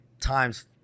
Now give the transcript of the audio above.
times